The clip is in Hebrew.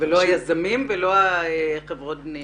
לא היזמים ולא חברות הבניה.